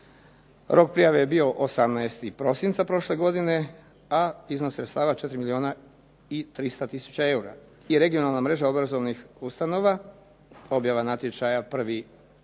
rok prijave je bio 18. prosinca prošle godine a iznos sredstava 4 milijuna i 300 tisuća eura. I regionalna mreža obrazovnih ustanova, objava natječaja 1. rujna